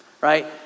right